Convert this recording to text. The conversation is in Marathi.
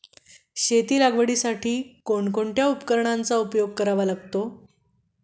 शेती लागवडीसाठी कोणकोणत्या उपकरणांचा उपयोग करावा लागतो?